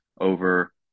over